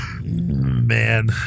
Man